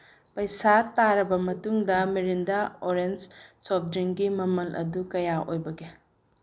ꯄꯩꯁꯥ ꯇꯥꯔꯕ ꯃꯇꯨꯡꯗ ꯃꯦꯔꯤꯟꯗꯥ ꯑꯣꯔꯦꯟꯁ ꯁꯣꯐ ꯗ꯭ꯔꯤꯡꯒꯤ ꯃꯃꯜ ꯑꯗꯨ ꯀꯌꯥ ꯑꯣꯏꯕꯒꯦ